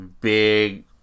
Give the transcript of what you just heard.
big